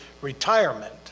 retirement